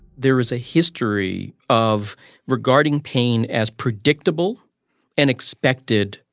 there is a history of regarding pain as predictable and expected,